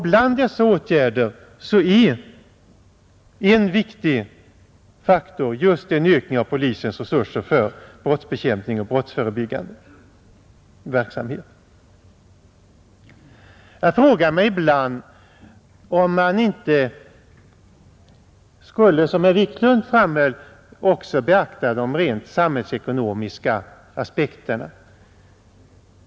Bland dessa åtgärder är en viktig faktor just en ökning av polisens resurser för brottsbekämpning och brottsförebyggande verksamhet. Jag frågar mig ibland om man inte, som herr Wiklund i Stockholm framhöll, också skulle beakta de rent samhällsekonomiska aspekterna.